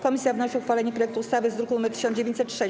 Komisja wnosi o uchwalenie projektu ustawy z druku nr 1906.